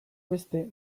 beste